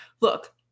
look